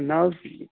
نا حظ